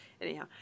Anyhow